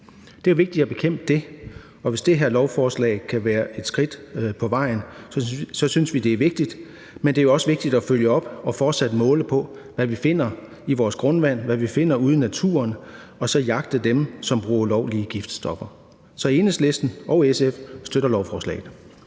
Det er vigtigt at bekæmpe det, og hvis det her lovforslag kan være et skridt på vejen, synes vi, det er vigtigt. Men det er også vigtigt at følge op og fortsat måle på, hvad vi finder i vores grundvand, hvad vi finder ude i naturen, og så jagte dem, som bruger ulovlige giftstoffer. Så Enhedslisten og SF støtter lovforslaget.